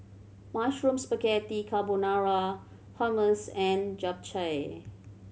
Mushroom Spaghetti Carbonara Hummus and Japchae